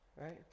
Right